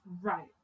Right